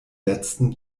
letzten